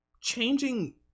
changing